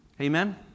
amen